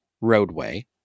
roadway